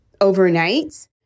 overnight